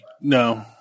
No